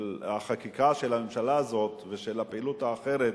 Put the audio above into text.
של החקיקה של הממשלה הזאת ושל הפעילות האחרת